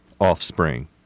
offspring